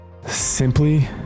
simply